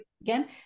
again